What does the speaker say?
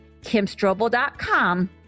kimstrobel.com